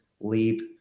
Leap